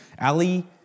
Ali